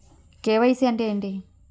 KYC అంటే ఏంటి?